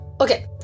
okay